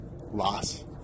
loss